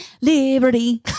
Liberty